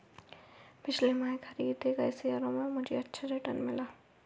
पिछले माह खरीदे गए शेयरों पर मुझे अच्छा रिटर्न मिला